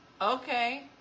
okay